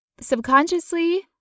Subconsciously